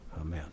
Amen